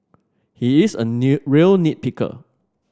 he is a new real nit picker